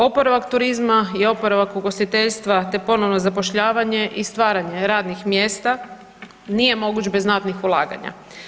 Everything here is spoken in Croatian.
Oporavak turizma i oporavak ugostiteljstva te ponovno zapošljavanje i stvaranje radnih mjesta nije moguć bez znatnih ulaganja.